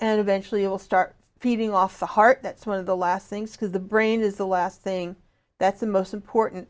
and eventually it will start feeding off the heart that's one of the last things because the brain is the last thing that's the most important